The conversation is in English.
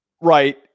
Right